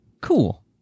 Cool